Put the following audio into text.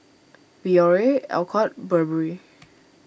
Biore Alcott Burberry